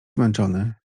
zmęczony